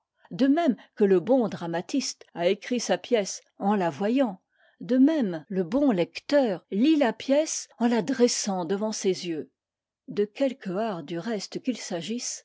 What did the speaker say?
de même que le bon dramatiste a écrit sa pièce en la voyant de même le bon lecteur lit la pièce en la dressant devant ses yeux de quelque art du reste qu'il s'agisse